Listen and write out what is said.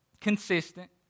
consistent